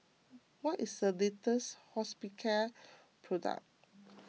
what is the latest Hospicare product